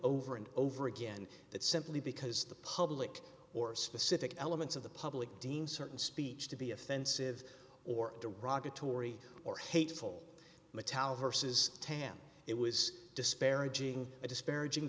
over and over again that simply because the public or specific elements of the public deem certain speech to be offensive or derogatory or hateful metallic versus tampa it was disparaging a disparaging